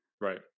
Right